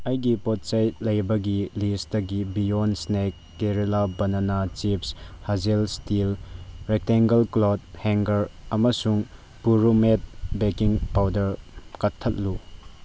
ꯑꯩꯒꯤ ꯄꯣꯠ ꯆꯩ ꯂꯩꯕꯒꯤ ꯂꯤꯁꯇꯒꯤ ꯕꯤꯌꯣꯟ ꯎꯁꯅꯦꯛ Kerala banana chips hazel steel rectangle cloth hanger ꯑꯃꯁꯨꯡ ꯄꯨꯔꯨꯃꯦꯠ ꯕꯦꯀꯤꯡ ꯄꯥꯎꯗꯔ ꯀꯛꯊꯠꯂꯨ